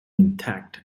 intact